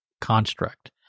construct